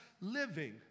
living